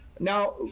Now